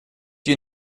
you